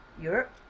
Europe